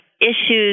issues